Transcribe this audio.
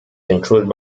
controlled